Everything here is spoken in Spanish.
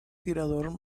tirador